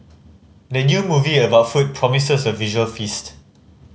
the new movie about food promises a visual feast